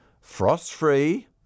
frost-free